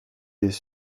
des